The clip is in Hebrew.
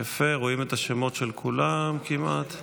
יפה, רואים את השמות של כולם כמעט.